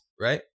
right